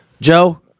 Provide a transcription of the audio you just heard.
joe